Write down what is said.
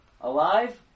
alive